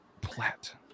Plat